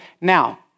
Now